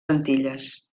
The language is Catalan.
antilles